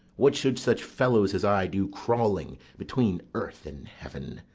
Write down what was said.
what should such fellows as i do crawling between earth and heaven?